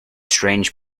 strange